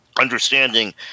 Understanding